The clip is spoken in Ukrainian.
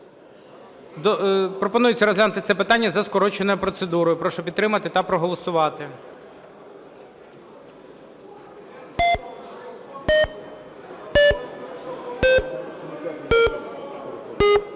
Пропонується розглянути це питання за скороченою процедурою. Прошу підтримати та проголосувати.